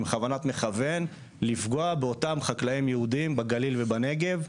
עם כוונת מכוון - לפגוע באותם חקלאים יהודיים בגליל ובנגב.